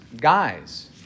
guys